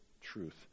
truth